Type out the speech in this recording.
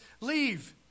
Leave